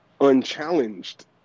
unchallenged